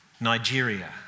Nigeria